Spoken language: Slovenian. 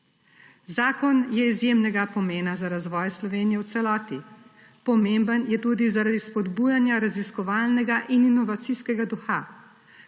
Zakon je izjemnega pomena za razvoj Slovenije v celoti. Pomemben je tudi zaradi spodbujanja raziskovalnega in inovacijskega duha,